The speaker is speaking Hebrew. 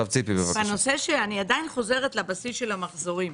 אני עדיין חוזרת לבסיס של המחזורים.